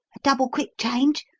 a double-quick change?